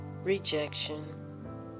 Rejection